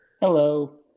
Hello